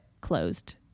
closed